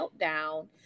meltdown